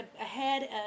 ahead